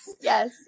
Yes